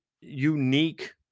unique